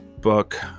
book